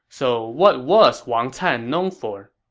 so what was wang can known for?